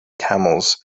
camels